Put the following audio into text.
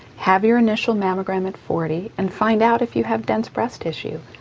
have your initial mammogram at forty and find out if you have dense breast tissue,